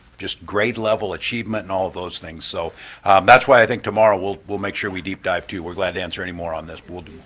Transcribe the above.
just grade level achievement and all those things. so that's why i think tomorrow we'll we'll make sure we deep-dive too, we're glad to answer any more on this, but?